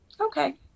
Okay